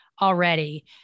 already